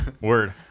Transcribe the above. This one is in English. Word